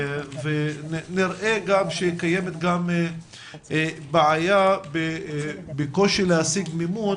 ונראה גם שקיימת בעיה בקושי להשיג מימון